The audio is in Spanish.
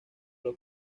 los